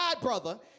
brother